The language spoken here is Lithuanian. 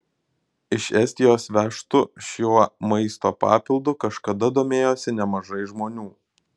iš estijos vežtu šiuo maisto papildu kažkada domėjosi nemažai žmonių